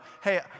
hey